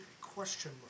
question